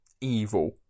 evil